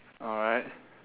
alright